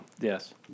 Yes